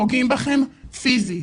פוגעים בכם פיזית,